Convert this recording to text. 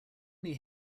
many